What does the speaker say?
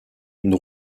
une